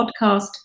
podcast